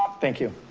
thank you.